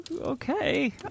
okay